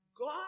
God